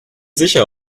sicher